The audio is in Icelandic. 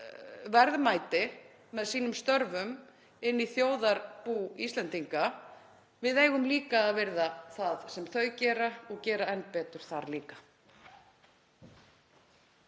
verðmæti með sínum störfum inn í þjóðarbú Íslendinga. Við eigum líka að virða það sem þau gera og gera enn betur þar.